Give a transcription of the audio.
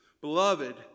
Beloved